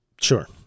Sure